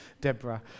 Deborah